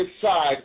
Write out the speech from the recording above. side